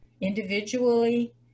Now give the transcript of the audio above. individually